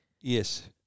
yes